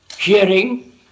hearing